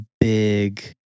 big